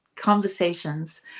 conversations